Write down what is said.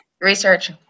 Research